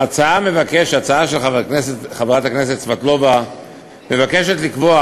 ההצעה של חברת הכנסת סבטלובה מבקשת לקבוע